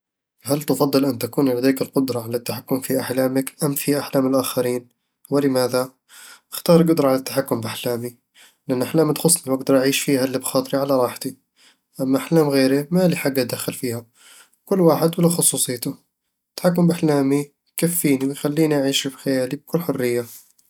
هل تفضل أن تكون لديك القدرة على التحكم في أحلامك أم في أحلام الآخرين؟ ولماذا؟ أختار القدرة على التحكم بأحلامي، لأن أحلامي تخصني وأقدر أعيش فيها اللي بخاطري على راحتي أما أحلام غيري، ما لي حق أدخل فيها، كل واحد وله خصوصيته التحكم بأحلامي يكفيني ويخليني أعيش بخيالي بكل حرية